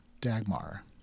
Dagmar